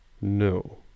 No